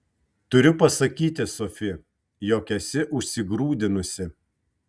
turiu pasakyti sofi jog esi užsigrūdinusi